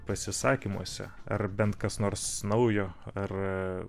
pasisakymuose ar bent kas nors naujo ar